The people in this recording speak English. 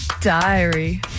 diary